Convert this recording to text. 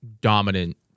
dominant